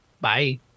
Bye